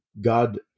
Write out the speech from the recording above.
God